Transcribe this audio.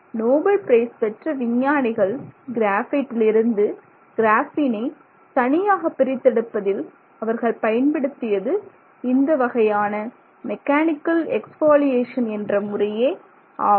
Nobel prize பெற்ற விஞ்ஞானிகள் கிராபைட்டிலிருந்து கிராஃபீனை தனியாக பிரித்தெடுப்பதில் அவர்கள் பயன்படுத்தியது இந்த வகையான மெக்கானிக்கல் எக்ஸ்பாலியேஷன் என்ற முறையே ஆகும்